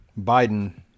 Biden